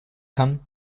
kann